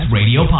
Radio